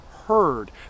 heard